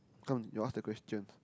come you ask the question